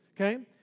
Okay